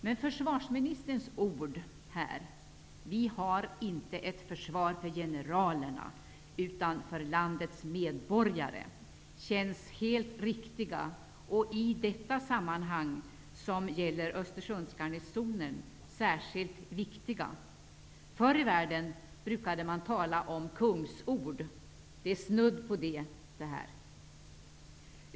Men försvarsministerns ord, vi har inte ett försvar för generalerna, utan för landets medborgare, känns helt riktiga och i samband med Östersundsgarnisonen särskilt viktiga. Förr i världen brukade man tala om kungsord. Detta uttalande är snudd på det.